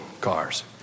cars